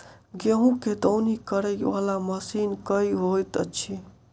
गेंहूँ केँ दौनी करै वला मशीन केँ होइत अछि?